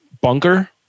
bunker